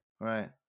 Right